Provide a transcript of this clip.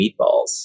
meatballs